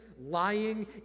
lying